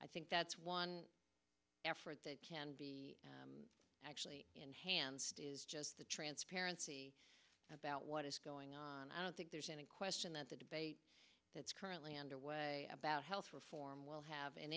i think that's one effort that can actually enhance the transparency about what is going on i don't think there's any question that the debate that's currently underway about health reform will have an